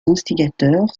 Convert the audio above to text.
instigateurs